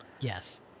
Yes